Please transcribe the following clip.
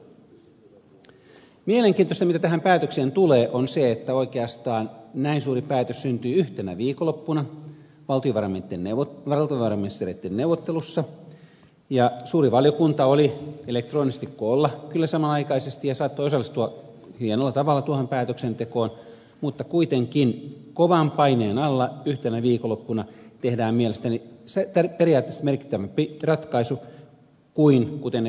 mielenkiintoista mitä tähän päätökseen tulee on se että oikeastaan näin suuri päätös syntyi yhtenä viikonloppuna valtiovarainministereitten neuvottelussa ja suuri valiokunta oli elektronisesti koolla kyllä samanaikaisesti ja saattoi osallistua hienolla tavalla tuohon päätöksentekoon mutta kuitenkin kovan paineen alla yhtenä viikonloppuna tehdään mielestäni periaatteessa merkittävämpi ratkaisu kuin kuten ed